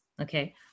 okay